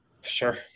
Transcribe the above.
Sure